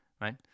right